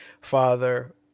father